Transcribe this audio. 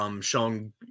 Showing